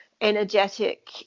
energetic